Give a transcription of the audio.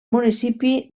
municipi